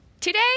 Today